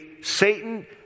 Satan